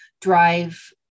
drive